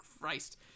Christ